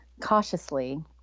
Cautiously